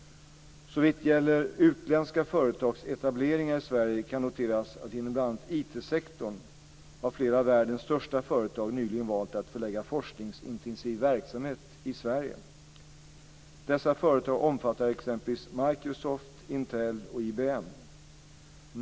Såvitt gäller utländska företags etableringar i Sverige kan noteras att inom bl.a. IT-sektorn har flera av världens största företag nyligen valt att förlägga forskningsintensiv verksamhet i Sverige. Dessa företag omfattar t.ex. Microsoft, Intel och IBM.